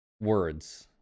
words